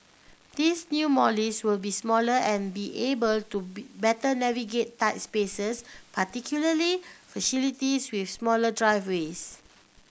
these new Mollies will be smaller and be able to be better navigate tight spaces particularly facilities with smaller driveways